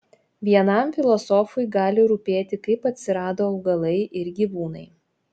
vienam filosofui gali rūpėti kaip atsirado augalai ir gyvūnai